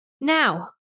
Now